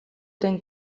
den